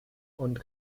und